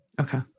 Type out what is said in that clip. Okay